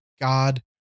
God